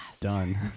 done